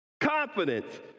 Confidence